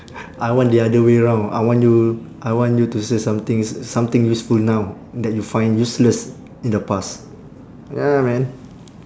I want the other way round I want you I want you to say something s~ something useful now that you find useless in the past ya man